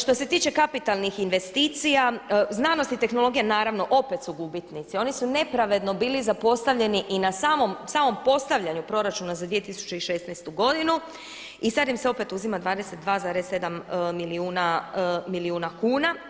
Što se tiče kapitalnih investicija znanost i tehnologija naravno opet su gubitnici, oni su nepravedno bili zapostavljeni na samom postavljanju proračuna za 2016. godinu i sada im se opet uzima 22,7 milijuna kuna.